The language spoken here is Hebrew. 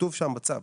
כתוב שם בצו.